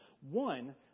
One